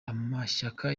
amashyaka